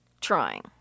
trying